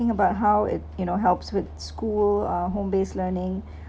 about how it you know helps with school uh home base learning